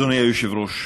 אדוני היושב-ראש,